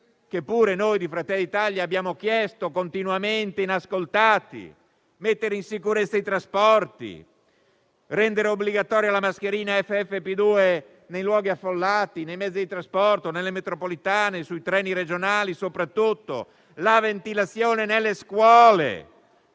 che pure noi di Fratelli d'Italia abbiamo chiesto continuamente, inascoltati: mettere in sicurezza i trasporti; rendere obbligatoria la mascherina FFP2 nei luoghi affollati, nei mezzi di trasporto, nelle metropolitane, e soprattutto sui treni regionali; la ventilazione nelle scuole.